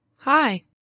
Hi